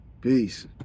Peace